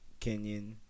Kenyan